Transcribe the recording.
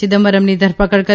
ચિદમ્બરમની ધરપકડ કરી